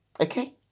Okay